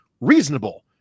reasonable